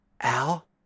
Al